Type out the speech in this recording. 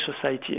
society